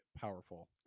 powerful